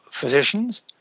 physicians